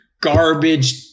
garbage